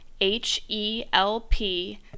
h-e-l-p